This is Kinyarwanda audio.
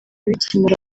bikimara